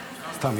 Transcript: סתם,